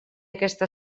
aquesta